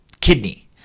kidney